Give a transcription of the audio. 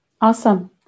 Awesome